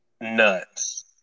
nuts